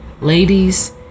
Ladies